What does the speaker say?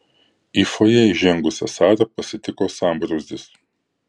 į fojė įžengusią sarą pasitiko sambrūzdis